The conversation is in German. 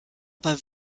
aber